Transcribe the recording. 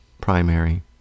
primary